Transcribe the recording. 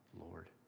Lord